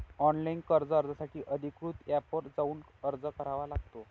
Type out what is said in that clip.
online कर्ज अर्जासाठी अधिकृत एपवर जाऊन अर्ज करावा लागतो